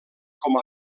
com